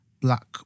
black